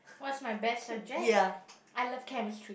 what's my best subject I love Chemistry